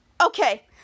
Okay